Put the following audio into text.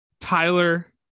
Tyler